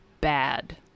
bad